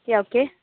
yeah okay